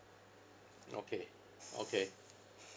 okay okay